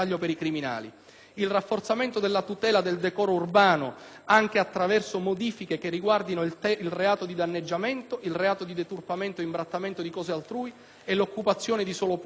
il rafforzamento della tutela del decoro urbano, anche attraverso modifiche che riguardano il reato di danneggiamento, il reato di deturpamento ed imbrattamento di cose altrui e l'occupazione di suolo pubblico.